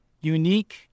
unique